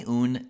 un